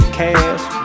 cash